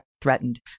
threatened